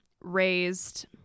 raised-